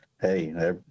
Hey